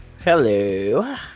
Hello